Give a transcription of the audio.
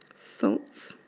salts